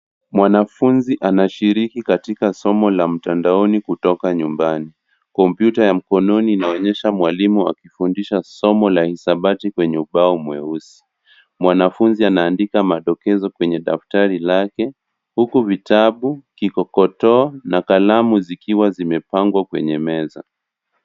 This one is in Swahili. Mwanafunzi anashiriki katika somo la mtandaoni kutoka nyumbani. Kompyuta ya mkononi inaonyesha mwalimu akifundisha somo la hisabati kwenye ubao mweusi. Mwanafunzi anaandika madokezo kwenye daftari lake, huku vitabu, vikokotoo, na kalamu zikiwa zimepangwa kwenye meza.